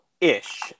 ish